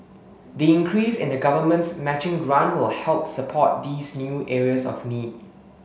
the increase in the Government's matching grant will help support these new areas of need